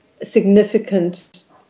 significant